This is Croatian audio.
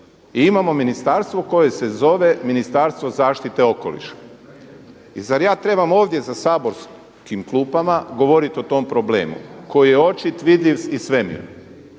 I imamo ministarstvo koje se zove Ministarstvo zaštite okoliša. I zar ja trebam ovdje za saborskim klupama govorit o tom problemu koji je očit, vidljiv iz svemira.